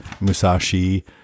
Musashi